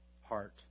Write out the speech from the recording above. heart